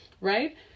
right